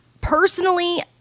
Personally